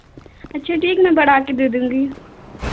अच्छा ठीक मैं बढ़ा कर दे दूँगी